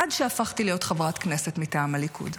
עד שהפכתי להיות חברת כנסת מטעם הליכוד,